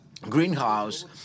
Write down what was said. greenhouse